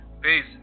peace